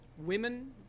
women